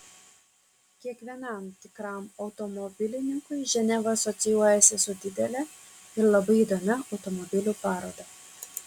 kiekvienam tikram automobilininkui ženeva asocijuojasi su didele ir labai įdomia automobilių paroda